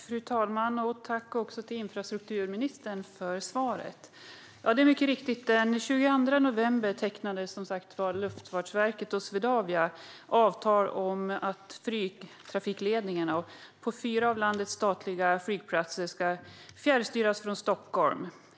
Fru talman! Tack, infrastrukturministern, för svaret! Ja, det är mycket riktigt. Den 22 november tecknade Luftfartsverket och Swedavia avtal om att flygtrafikledningen på fyra av landets statliga flygplatser ska fjärrstyras från Stockholm.